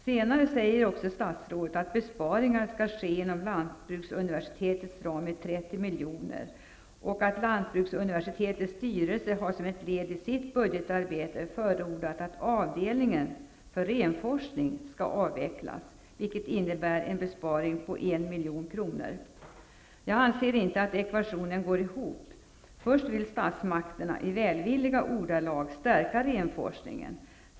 Senare säger också statsrådet att besparingar skall ske inom lantbruksuniversitetets ram med 30 miljoner och att lantbruksuniversitetets styrelse som ett led i sitt budgetarbete har förordat att avdelningen för renforskning skall avvecklas, vilket innebär en besparing på 1 milj.kr. Jag anser att ekvationen inte går ihop. Först vill statsmakterna i välvilliga ordalag stärka renforskningen.